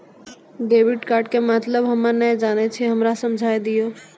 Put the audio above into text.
Debit card के मतलब हम्मे नैय जानै छौ हमरा समझाय दियौ?